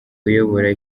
uyobora